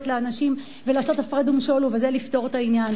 לאנשים ולעשות הפרד ומשול ובזה לפתור את העניין,